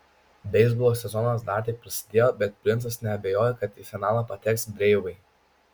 beisbolo sezonas dar tik prasidėjo bet princas neabejoja kad į finalą pateks breivai